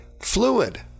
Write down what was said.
fluid